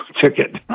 ticket